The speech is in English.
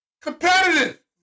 competitive